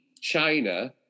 China